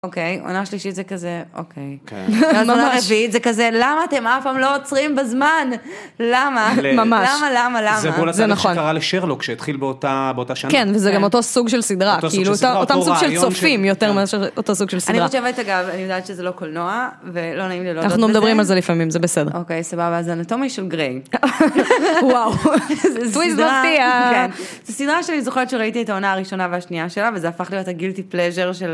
אוקיי, עונה שלישית זה כזה, אוקיי. ממש. עונה רביעית זה כזה, למה אתם אף פעם לא עוצרים בזמן? למה? למה? למה? למה? זה נכון. זה כמו התהליך שקרה לשרלוק שהתחיל באותה שנה. כן, וזה גם אותו סוג של סדרה. אותו סוג של סדרה. אותו סוג של צופים יותר מאשר אותו סוג של סדרה. אני חושבת, אגב, אני יודעת שזה לא קולנוע, ולא נעים לי לא לדעת את זה. אנחנו מדברים על זה לפעמים, זה בסדר. אוקיי, סבבה, אז האנטומיה של גריי. וואו. זה סדרה שאני זוכרת שראיתי את העונה הראשונה והשנייה שלה, וזה הפך להיות הגילטי פלאז'ר של...